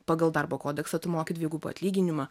pagal darbo kodeksą tu moki dvigubą atlyginimą